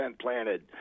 planted